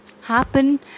happen